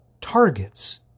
targets